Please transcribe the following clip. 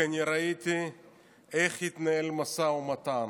כי ראיתי איך התנהל המשא ומתן,